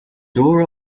door